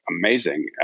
amazing